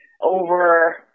over